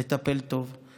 לטפל, טוב,